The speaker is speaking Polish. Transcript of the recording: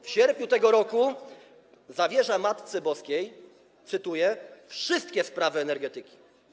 W sierpniu tego roku zawierza Matce Boskiej wszystkie sprawy energetyki.